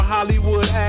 Hollywood